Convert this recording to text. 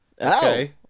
Okay